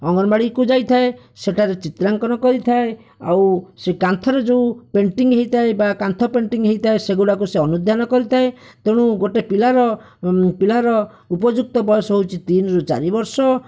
ଅଙ୍ଗନବାଡ଼ିକୁ ଯାଇଥାଏ ସେଠାରେ ଚିତ୍ରାଙ୍କନ କରିଥାଏ ଆଉ ସେ କାନ୍ଥରେ ଯେଉଁ ପେଣ୍ଟିଂ ହୋଇଥାଏ ବା କାନ୍ଥ ପେଣ୍ଟିଂ ହୋଇଥାଏ ସେଗୁଡ଼ାକୁ ସେ ଅନୁଧ୍ୟାନ କରିଥାଏ ତେଣୁ ଗୋଟିଏ ପିଲାର ପିଲାର ଉପଯୁକ୍ତ ବୟସ ହେଉଛି ତିନିରୁ ଚାରି ବର୍ଷ